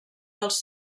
dels